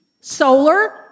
Solar